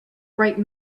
bright